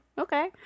okay